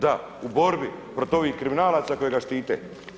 Da u borbi protiv ovih kriminalaca koji ga štite.